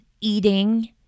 Eating